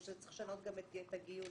או שצריך לשנות גם את גיל הרכב.